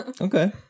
Okay